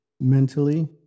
mentally